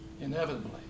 inevitably